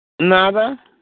Nada